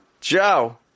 Joe